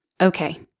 Okay